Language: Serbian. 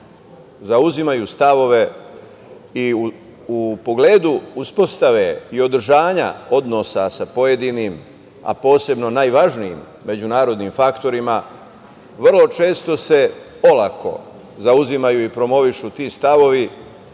zauzimaju stavove i u pogledu uspostave i održanja odnosa sa pojedinim, a posebno najvažnijim međunarodnim faktorima. Vrlo često se olako zauzimaju i promovišu ti stavovi,